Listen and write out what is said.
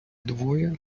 двоє